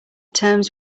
terms